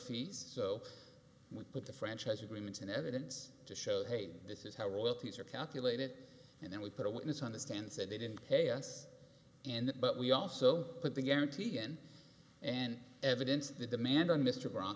fees so we put the franchise agreements in evidence to show hey this is how royalties are calculated and then we put a witness understands that they didn't pay us and but we also put the guarantee in and evidence the demand on mr